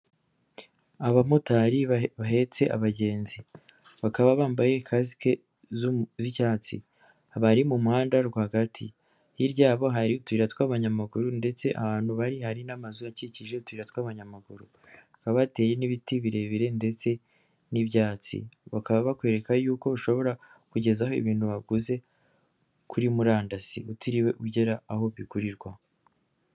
Abamotari bahetse abagenzi, bakaba bambaye kasike z'icyatsi, bari mu muhanda rwagati, hirya yabo hari utuyira tw'abanyamaguru ndetse ahantu bari hari na amazu akikije utuyira tw'abanyamaguru, hakaba hateye n'ibiti birebire ndetse n'ibyatsi, bakaba bakwereka yuko ushobora ku kugezaho ibintu waguze kuri murandasi utiriwe ugera aho bigurirwa.